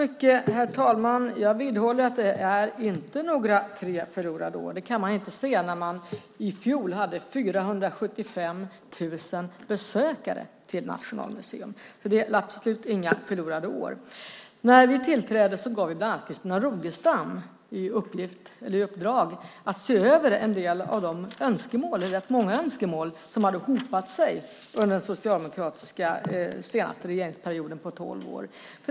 Herr talman! Jag vidhåller att det inte är några tre förlorade år. Det kan man inte se när Nationalmuseum i fjol hade 475 000 besökare. Det är absolut inga förlorade år. När vi tillträdde gav vi bland andra Christina Rogestam i uppdrag att se över en del av de önskemål - det var rätt många önskemål - som hade hopat sig under den senaste socialdemokratiska regeringsperioden på tolv år.